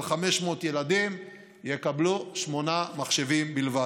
על 500 ילדים יקבלו שמונה מחשבים בלבד.